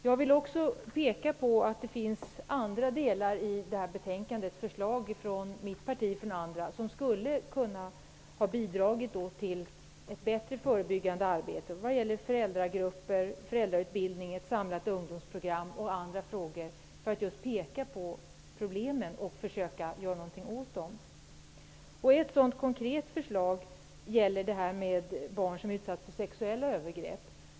Jag vill också tala om att det i det här betänkandet finns förslag från mitt parti, och från andra partier, som skulle kunna bidra till ett bättre förebyggande arbete när det gäller att peka på problemen och försöka göra någonting åt dem. Det gäller föräldragrupper, föräldrautbildning, ett samlat ungdomsprogram och andra frågor. Ett sådant konkret förslag gäller barn som utsätts för sexuella övergrepp.